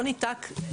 לא ניתן,